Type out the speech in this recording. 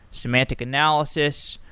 semantic analysis,